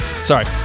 Sorry